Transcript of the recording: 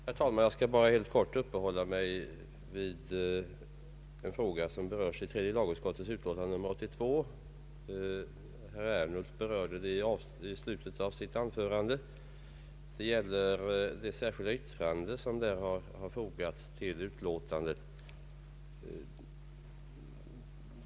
Herr talman! Jag skall bara helt kort uppehålla mig vid en fråga som behandlas i tredje lagutskottets utlåtande nr 82 — herr Ernulf berörde den i slutet av sitt anförande. Det gäller det särskilda yttrande som har fogats till detta utlåtande.